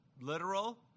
literal